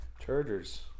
Chargers